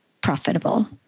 profitable